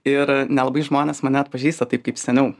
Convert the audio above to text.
ir nelabai žmonės mane atpažįsta taip kaip seniau